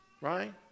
right